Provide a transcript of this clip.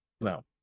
No